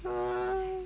what